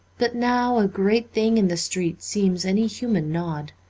but now a great thing in the street seems any human nod,